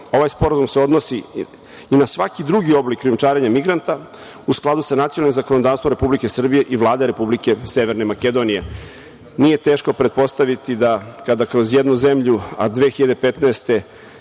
Ovaj sporazum se odnosi i na svaki drugi oblik krijumčarenja migranata u skladu sa nacionalnim zakonodavstvom Republike Srbije i Vlade Republike Severne Makedonije. Nije teško pretpostaviti da kada kroz jednu zemlju, a 2015.